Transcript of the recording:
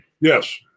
Yes